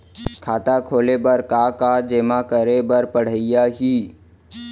खाता खोले बर का का जेमा करे बर पढ़इया ही?